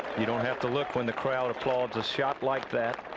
you don't have to look when the crowd applauds a shot like that.